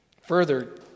Further